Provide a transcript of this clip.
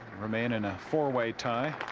remain in a four-way tie.